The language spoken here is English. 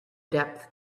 depth